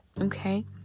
okay